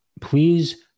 please